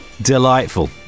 Delightful